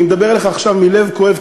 אני מדבר אליך עכשיו מלב כואב,